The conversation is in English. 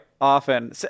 often